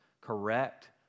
correct